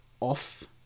off